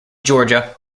georgia